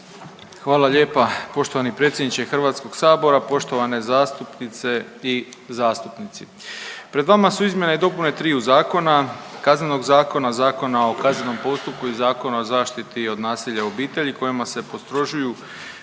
Hvala lijepa poštovani predsjedniče Hrvatskog sabora. Poštovane zastupnice i zastupnici, pred vama su izmjene i dopune triju zakona, Kaznenog zakona, Zakona o kaznenom postupku i Zakona o zaštiti od nasilja u obitelji kojima se postrožuju